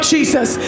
Jesus